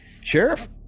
Sheriff